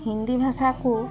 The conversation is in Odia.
ହିନ୍ଦୀ ଭାଷା କୁ